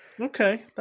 Okay